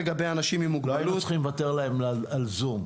לא היינו צריכים לוותר להם על זום.